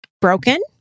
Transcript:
broken